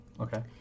Okay